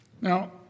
Now